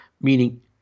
Meaning